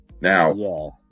Now